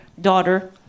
daughter